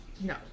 No